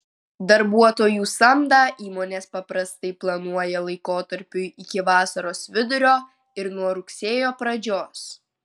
darbuotojų samdą įmonės paprastai planuoja laikotarpiui iki vasaros vidurio ir nuo rugsėjo pradžios